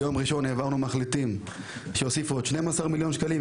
וביום ראשון העברנו הצעת מחליטים שהוסיפה עוד 12 מיליון שקלים.